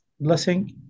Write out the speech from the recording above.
blessing